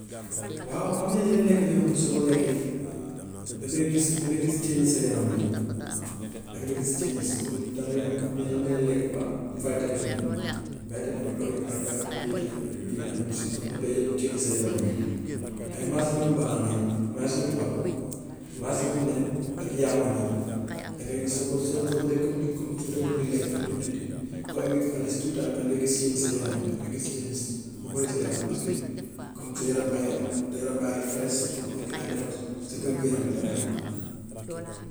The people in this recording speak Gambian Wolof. Waaw am na yenn lekk yoo xam ne soo ko lekkee dangay gis dangay gis change sa yaram bi dangay gis change comme dangay am comme am na yooy lekk dafa am vitamin yi, vitamin yu bëri ay vitamin a, vitamin b, vitamin c, comme dafay yokk change sa yaram bi. Ay maasu ñoom banaana yii maasu ñoom apple maasu ñoom nen ak yàpp nii dangay gis soo ko sooy soo ko dee soo ko bugg di lekk tuuti tuuti ko under two times danga dee gis change sa yaram bi, dangay gis change bu bëri sa yaram bi, parce que comme sa yaram bi day am sa yaram baa ngi fraiche comme nii yaa ngi defar sa wér-gu-yaram bi daal.